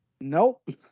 Nope